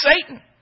Satan